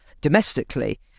domestically